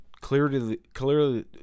clearly